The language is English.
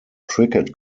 cricket